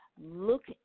Look